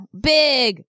Big